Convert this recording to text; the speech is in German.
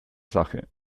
sache